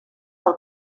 pel